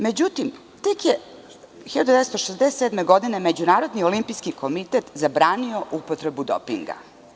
Međutim, tek je 1967. godine Međunarodni olimpijski komitet zabranio upotrebu dopinga.